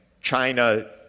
China